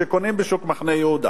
שקונים בשוק מחנה-יהודה,